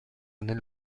nel